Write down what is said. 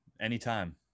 anytime